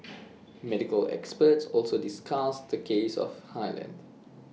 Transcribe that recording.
medical experts also discussed the case of hire length